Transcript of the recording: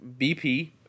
BP